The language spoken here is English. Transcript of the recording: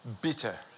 Bitter